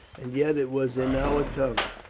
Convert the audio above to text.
and yet it was in our tongue.